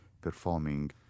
performing